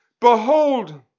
Behold